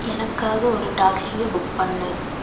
எனக்காக ஒரு டாக்ஸியை புக் பண்ணு